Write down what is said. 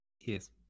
Yes